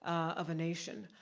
of a nation,